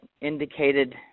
indicated